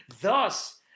thus